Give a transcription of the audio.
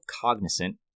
cognizant